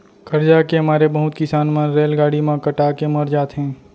करजा के मारे बहुत किसान मन रेलगाड़ी म कटा के मर जाथें